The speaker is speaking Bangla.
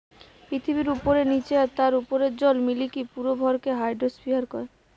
পৃথিবীর উপরে, নীচে আর তার উপরের জল মিলিকি পুরো ভরকে হাইড্রোস্ফিয়ার কয়